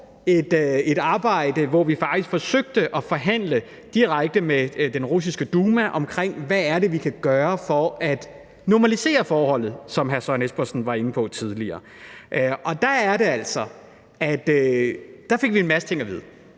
et arbejde, hvor vi faktisk forsøgte at forhandle direkte med den russiske Duma om, hvad det er, vi kan gøre for at normalisere forholdet, som hr. Søren Espersen var inde på tidligere. Der var det altså, at vi fik en masse ting at vide.